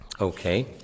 Okay